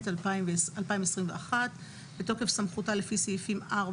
התשפ"ב-2021 בתוקף סמכותה לפי סעיפים 4,